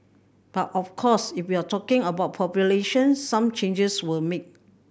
but of course if you're talking about population some changes were made